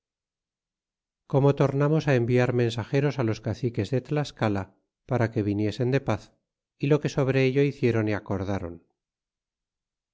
como tornamos enviar mensageros los caciques de tlascala para que viniesen de paz y lo que sobre ello hicieron y acordaron